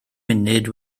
munud